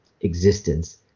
existence